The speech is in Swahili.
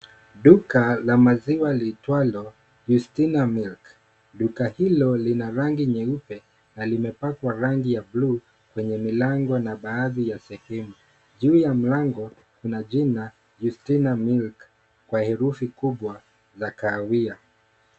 Duka la maziwa liitwalo YUSTINA MILK, duka hilo lina rangi nyeupe na limepakwa rangi ya buluu kwenye milango, na baadhi ya sehemu juu ya mlango kuna jina YUSTINA MILK kwa herufi kubwa ya kahawia.